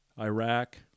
Iraq